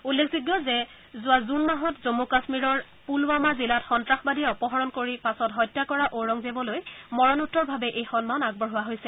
উল্লেখযোগ্য যে যোৱা জুন মাহত জম্মু কাশ্মীৰৰ পুলৱামা জিলাত সন্তাসবাদীয়ে অপহৰণ কৰি পাছত হত্যা কৰা ঔৰংজেৱলৈ মৰণোত্তৰভাৱে এই সন্মান আগবঢ়োৱা হৈছে